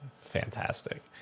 fantastic